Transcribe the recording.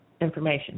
information